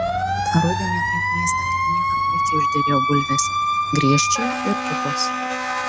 tą rudenį aplink miestą kaip niekad puikiai užderėjo bulvės griežčiai ir pupos